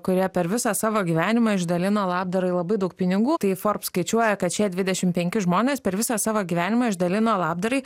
kurie per visą savo gyvenimą išdalino labdarai labai daug pinigų tai forbes skaičiuoja kad šie dvidešim penki žmonės per visą savo gyvenimą išdalino labdarai